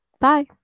bye